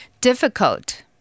Difficult